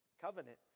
covenant